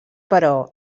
però